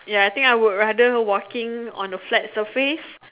ya I think I would rather walking on a flat surface